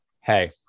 hey